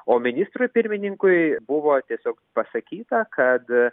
o ministrui pirmininkui buvo tiesiog pasakyta kad